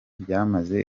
byamaze